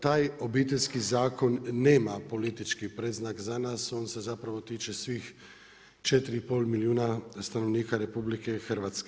Taj obiteljski zakon nema politički predznak za nas, on se zapravo tiče svih 4 i pol milijuna stanovnika RH.